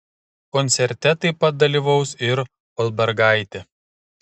koncerte taip pat dalyvaus ir olbergaitė